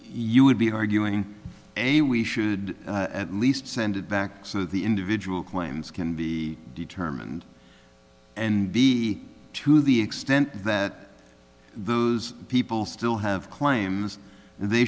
you would be arguing a we should at least send it back so that the individual claims can be determined and be to the extent that those people still have claims they